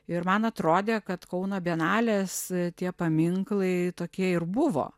ir man atrodė kad kauno bienalės tie paminklai tokie ir buvo